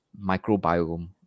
microbiome